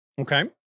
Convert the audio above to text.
Okay